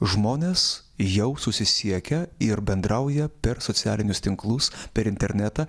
žmonės jau susisiekia ir bendrauja per socialinius tinklus per internetą